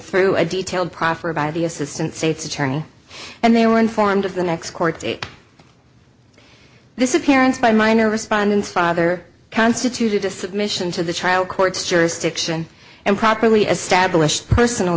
through a detailed proffer by the assistant state's attorney and they were informed of the next court date this appearance by minor respondents father constituted a submission to the trial court's jurisdiction and properly as stablished personal